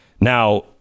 Now